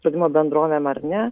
draudimo bendrovėm ar ne